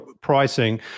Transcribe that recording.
pricing